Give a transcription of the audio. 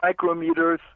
micrometers